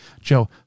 Joe